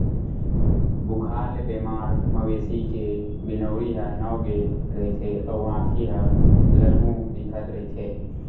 बुखार ले बेमार मवेशी के बिनउरी ह नव गे रहिथे अउ आँखी ह ललहूँ दिखत रहिथे